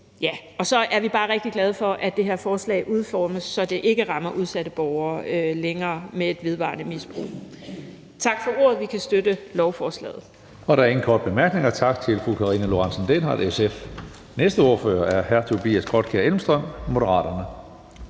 Så er vi bare også rigtig glade for, at det her forslag udformes, så det ikke længere rammer udsatte borgere med et vedvarende misbrug. Tak for ordet. Vi kan støtte lovforslaget.